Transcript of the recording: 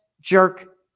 jerk